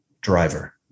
driver